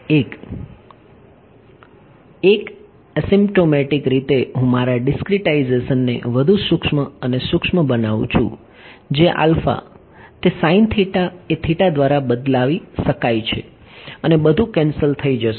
1 asymptotic રીતે હું મારા ડિસક્રીટાઇઝેશનને વધુ સૂક્ષ્મ અને સૂક્ષ્મ બનાવું છું જે આલ્ફા તે sin થીટા એ થીટા દ્વારા બદલાઈ શકે છે અને બધું કેન્સલ થઈ જશે